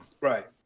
Right